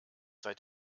seit